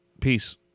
Peace